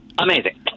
amazing